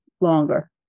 longer